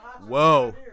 Whoa